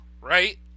right